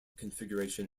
configuration